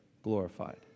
glorified